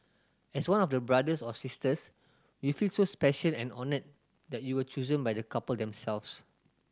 as one of brothers or sisters you feel so special and honoured that you were chosen by the couple themselves